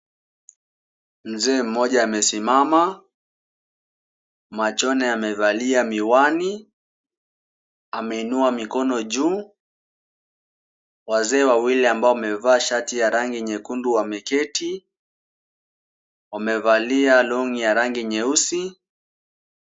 Mzee mmoja amesimama, machoni amevalia miwani, ameinua mikono juu, wazee wawili ambao wamevaa shati nyekundu wameketi, wamevalia long'i ya rangi nyeusi.